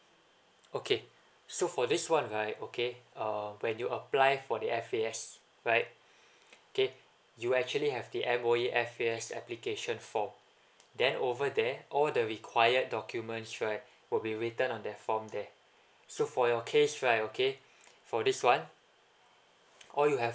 okay so for this one right okay uh when you apply for the F_A_S right okay you actually have the M_O_E_F_A_S application from that over there all the required documents right will be written on their form there so for your case right okay for this one all you have